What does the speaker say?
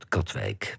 Katwijk